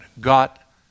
got